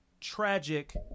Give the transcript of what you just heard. tragic